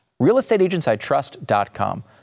Realestateagentsitrust.com